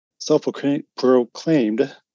Self-proclaimed